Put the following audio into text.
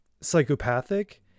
psychopathic